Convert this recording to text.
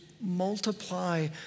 multiply